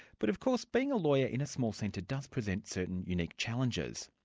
but of course being a lawyer in a small centre does present certain unique challenges.